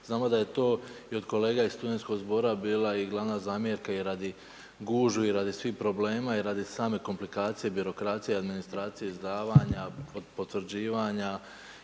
Znamo da je to i od kolega iz Studentskog zbora bila i glavna zamjerka i radi gužvi i radi svih problema i radi same komplikacije, birokracije i administracije izdavanja od potvrđivanja